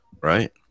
Right